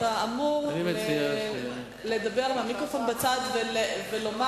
אתה אמור לדבר מהמיקרופון בצד ולומר